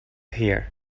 here